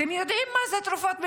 אתם יודעים מה זה תרופות במרשם?